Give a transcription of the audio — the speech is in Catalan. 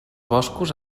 boscos